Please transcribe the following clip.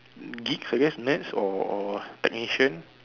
geeks I guess math or or technician